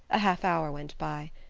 a half-hour went by.